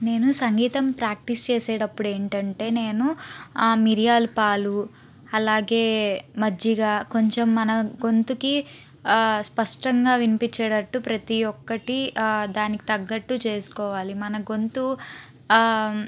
నేను సంగీతం ప్రాక్టీస్ చేసేడప్పుడు ఏంటంటే నేను మిరియాలు పాలు అలాగే మజ్జిగ కొంచెం మనం గొంతుకి స్పష్టంగా వినిపించేడట్టు ప్రతి ఒక్కటి దానికి తగ్గట్టు చేసుకోవాలి మన గొంతు